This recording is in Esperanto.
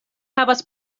havas